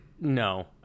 No